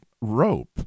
rope